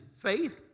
faith